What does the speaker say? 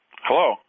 Hello